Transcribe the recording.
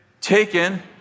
Taken